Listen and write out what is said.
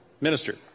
Minister